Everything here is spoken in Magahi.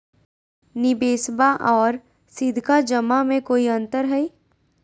निबेसबा आर सीधका जमा मे कोइ अंतर हय?